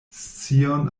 scion